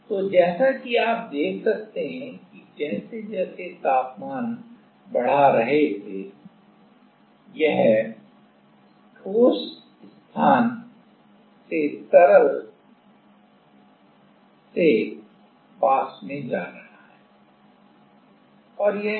तो जैसा कि आप देख सकते हैं कि जैसे जैसे हम तापमान बढ़ा रहे थे यह ठोस स्थान से तरल से वाष्प में जा रहा है